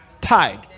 tied